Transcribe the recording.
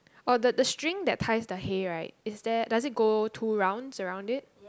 oh the the string that ties the hay right is there does it go two rounds around it